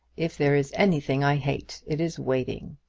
if there is anything i hate, it is waiting,